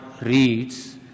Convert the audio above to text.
reads